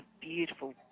beautiful